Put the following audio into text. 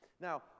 Now